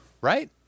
right